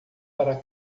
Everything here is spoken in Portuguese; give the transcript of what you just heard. para